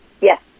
Yes